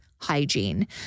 Hygiene